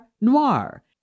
noir